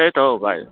त्यही त हौ भाइ